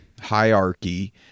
hierarchy